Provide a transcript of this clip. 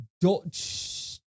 Dutch